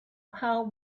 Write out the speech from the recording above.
how